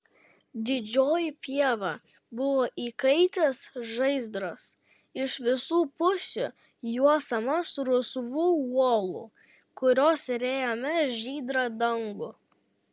didžioji pieva buvo įkaitęs žaizdras iš visų pusių juosiamas rusvų uolų kurios rėmė žydrą dangų